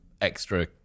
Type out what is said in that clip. extra